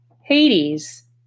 Hades